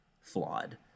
flawed